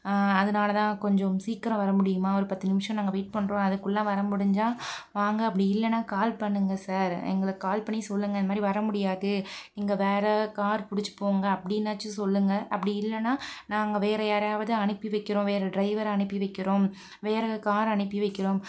அதனாலதா கொஞ்சம் சீக்கிரம் வர முடியுமா ஒரு பத்து நிமிடம் நாங்கள் வெயிட் பண்ணுறோம் அதுக்குள்ளே வர முடிஞ்சால் வாங்க அப்படி இல்லைனா கால் பண்ணுங்க சார் எங்களுக்கு கால் பண்ணி சொல்லுங்கள் இந்த மாதிரி வர முடியாது நீங்கள் வேறே கார் புடிச்சு போங்க அப்படின்னாச்சு சொல்லுங்கள் அப்படி இல்லைனா நாங்கள் வேறே யாரையாவது அனுப்பி வைக்கிறோம் வேறே டிரைவரை அனுப்பி வைக்கிறோம் வேறே கார் அனுப்பி வைக்கிறோம்